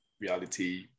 reality